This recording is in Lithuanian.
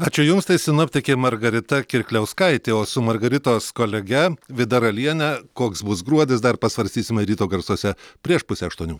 ačiū jums tai sinoptikė margarita kirkliauskaitė o su margaritos kolege vida raliene koks bus gruodis dar pasvarstysime ryto garsuose prieš pusę aštuonių